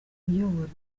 uyobora